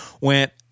Went